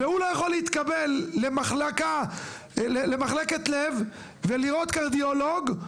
והוא לא יכול להתקבל למחלקת לב ולראות קרדיולוג,